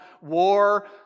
war